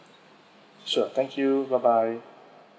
sure thank you bye bye